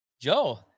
Joe